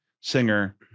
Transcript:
singer